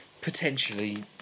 potentially